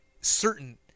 certain